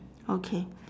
okay